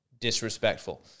disrespectful